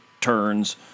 turns